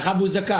בהנחה שהוא זכאי.